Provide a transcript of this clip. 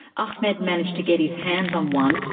ahmed managed to get his hands on one,